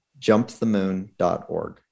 jumpthemoon.org